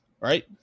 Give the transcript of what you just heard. right